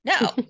No